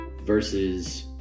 versus